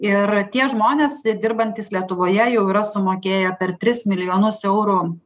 ir tie žmonės dirbantys lietuvoje jau yra sumokėję per tris milijonus eurų